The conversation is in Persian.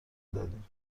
دادیم